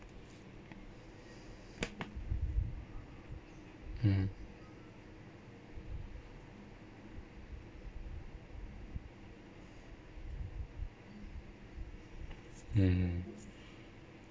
mmhmm mmhmm